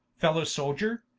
fellow souldior,